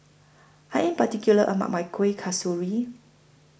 I Am particular about My Kueh Kasturi